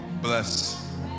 bless